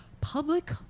public